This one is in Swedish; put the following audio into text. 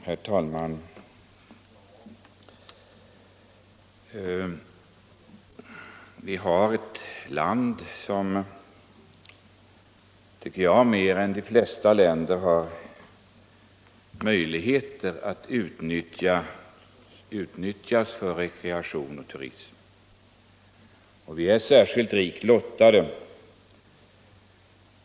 Herr talman! Vi har ett land som, tycker jag, mer än de flesta länder kan utnyttjas för rekreation och turism. Vi är särskilt rikt lottade.